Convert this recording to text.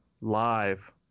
live